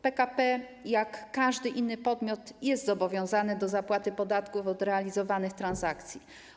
PKP jak każdy inny podmiot jest zobowiązane do zapłaty podatków od realizowanych transakcji.